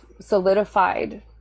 solidified